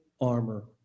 armor